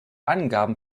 angaben